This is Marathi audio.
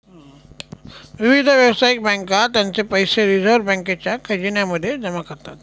विविध व्यावसायिक बँका त्यांचे पैसे रिझर्व बँकेच्या खजिन्या मध्ये जमा करतात